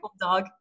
dog